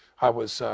i was